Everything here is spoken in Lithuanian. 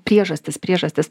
priežastys priežastys